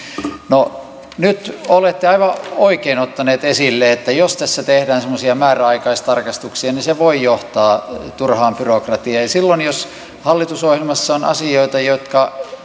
no nyt olette aivan oikein ottaneet esille että jos tässä tehdään semmoisia määräaikaistarkastuksia niin se voi johtaa turhaan byrokratiaan silloin jos hallitusohjelmassa on asioita jotka